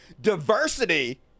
diversity